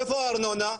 איפה הארנונה?